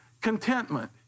Contentment